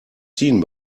ziehen